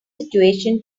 situation